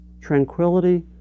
tranquility